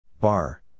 Bar